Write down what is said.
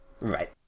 Right